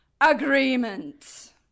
agreement